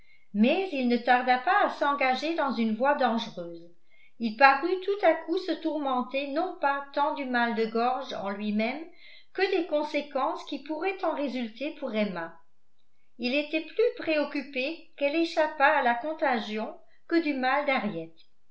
mais il ne tarda pas à s'engager dans une voie dangereuse il parut tout à coup se tourmenter non pas tant du mal de gorge en lui-même que des conséquences qui pourraient en résulter pour emma il était plus préoccupé qu'elle échappât à la contagion que du mal d'harriet